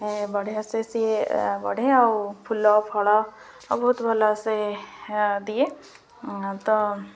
ବଢ଼ିଆସେ ସିଏ ବଢ଼େ ଆଉ ଫୁଲ ଫଳ ଆଉ ବହୁତ ଭଲସେ ଦିଏ ତ